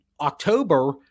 October